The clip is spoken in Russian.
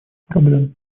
проблем